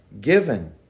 given